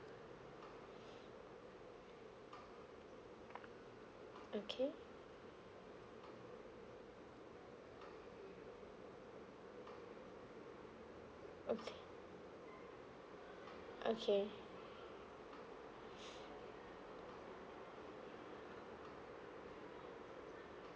okay okay okay